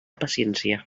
paciència